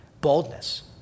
Boldness